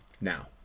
now